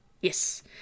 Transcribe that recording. yes